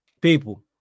people